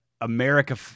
America